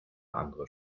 andere